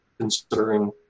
considering